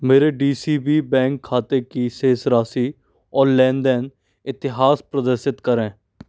मेरे D C B bank खाते की शेष राशि और लेन देन इतिहास प्रदर्शित करें